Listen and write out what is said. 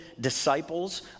disciples